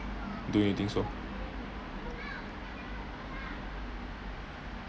don't you think so